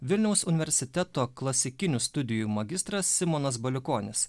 vilniaus universiteto klasikinių studijų magistras simonas baliukonis